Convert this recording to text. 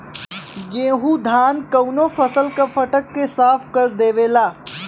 गेहू धान कउनो फसल क फटक के साफ कर देवेला